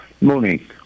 Morning